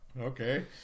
okay